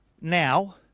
Now